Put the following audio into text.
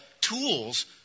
tools